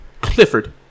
Clifford